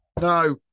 No